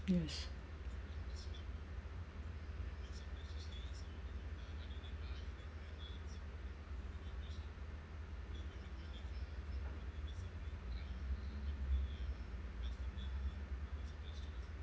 yes